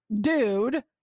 dude